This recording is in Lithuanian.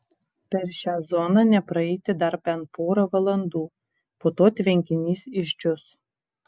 per šią zoną nepraeiti dar bent porą valandų po to tvenkinys išdžius